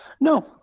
no